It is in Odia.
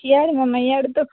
ଇଆଡ଼େ ମାମା ଇଆଡ଼େ ତ